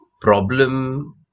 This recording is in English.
problem